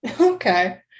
okay